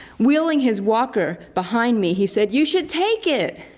wheeling his walker behind me, he said, you should take it!